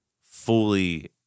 fully